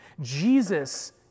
Jesus